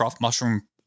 mushroom